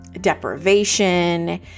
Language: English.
deprivation